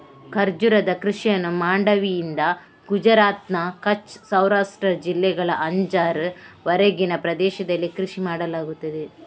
ಖರ್ಜೂರದ ಕೃಷಿಯನ್ನು ಮಾಂಡವಿಯಿಂದ ಗುಜರಾತ್ನ ಕಚ್ ಸೌರಾಷ್ಟ್ರ ಜಿಲ್ಲೆಗಳ ಅಂಜಾರ್ ವರೆಗಿನ ಪ್ರದೇಶದಲ್ಲಿ ಕೃಷಿ ಮಾಡಲಾಗುತ್ತದೆ